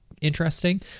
interesting